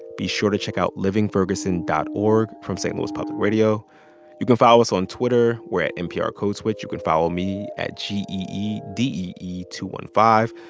be sure to check out livingferguson dot org from st. louis public radio you can follow us on twitter. we're at nprcodeswitch. you can follow me, at g e e d e e two one five.